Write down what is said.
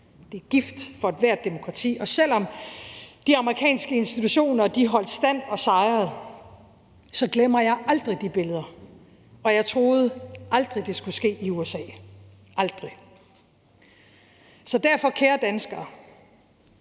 Det er gift for ethvert demokrati. Og selvom de amerikanske institutioner holdt stand og sejrede, glemmer jeg aldrig de billeder. Jeg troede aldrig, det skulle ske i USA – aldrig. Så derfor, kære danskere,